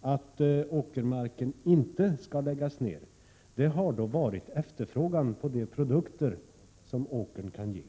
att åkermark inte skall läggas ned är efterfrågan på de produkter som åkern kan ge.